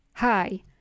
Hi